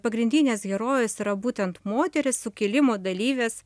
pagrindinės herojės yra būtent moterys sukilimo dalyvės